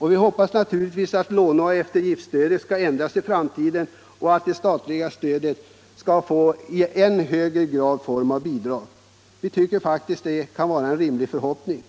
Vi hoppas naturligtvis att låneoch eftergiftsstödet skall ändras i framtiden så att det statliga stödet helt får formen av bidrag. Vi tycker faktiskt att det kan vara en rimlig förhoppning.